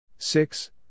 Six